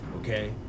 okay